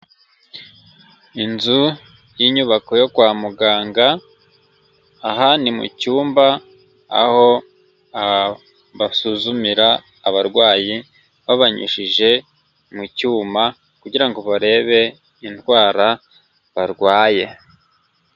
Inzu y'inyubako yo kwa muganga, aha ni mu cyumba, aho basuzumira abarwayi, babanyujije mu cyuma, kugira ngo barebe indwara barwaye.